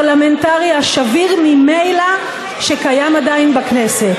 הפרלמנטרי השביר ממילא שקיים עדיין בכנסת.